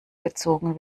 gezogen